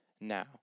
now